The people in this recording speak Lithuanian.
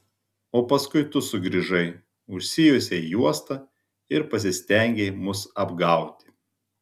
o paskui tu sugrįžai užsijuosei juostą ir pasistengei mus apgauti